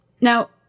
Now